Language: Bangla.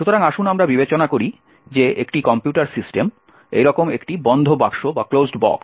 সুতরাং আসুন আমরা বিবেচনা করি যে একটি কম্পিউটার সিস্টেম এইরকম একটি বন্ধ বাক্স